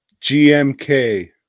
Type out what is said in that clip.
GMK